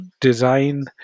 design